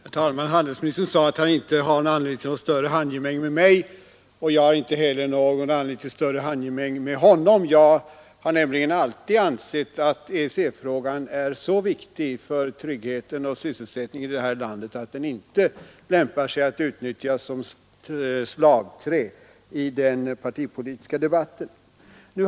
Herr talman! Handelsministern sade att han inte hade anledning till något större handgemäng med mig, och jag har inte heller någon anledning till ett större handgemäng med honom. Jag har nämligen alltid ittningen i ansett att EEC-frågan är så viktig för tryggheten och syssel detta land, att den inte lämpar sig att bli utnyttjad som slagträ i den partipolitiska debatten.